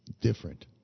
different